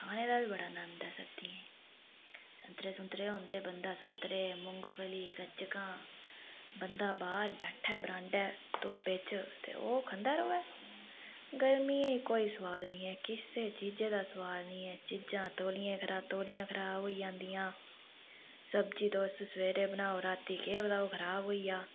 खाने दा बी बड़ा नंद ऐ सर्दियें च संतरे सुंतरे होंदे बंदा संतरा मुगंफली गचकां बंदा बाह्र बैठे बरांडै धुप्पै च ते ओह् खंदा रौऐ गर्मियें च कोई सोआद नी ऐ किसै चीजे दा सोआद नी ऐ चीजां तोलियां खरा तोलियां खराब होई जंदियां सब्जी तुस सवेरे बनाओ राती केह् पता ओह् खराब होई जा